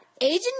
Agent